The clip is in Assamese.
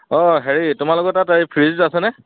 অঁ হেৰি তোমালোকৰ তাত হেৰি ফ্ৰিজ আছেনে